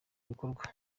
bikorwa